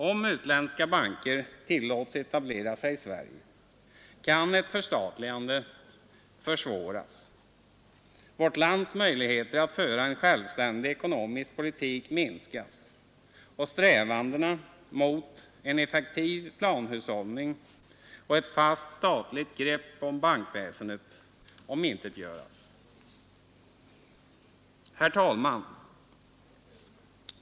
Om utländska banker tillåts etablera sig i Sverige kan ett förstatligande försvåras, vårt lands möjligheter att föra en självständig ekonomisk politik minskas och strävandena till en effektiv planhushållning och ett fast statligt grepp om bankväsendet omintetgöras. Herr talman!